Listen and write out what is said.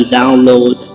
download